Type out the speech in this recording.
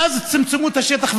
ואז צמצמו את השטח,